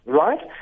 right